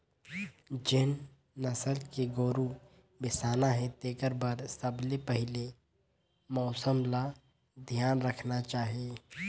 जेन नसल के गोरु बेसाना हे तेखर बर सबले पहिले मउसम ल धियान रखना चाही